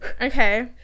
Okay